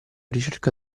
ricerca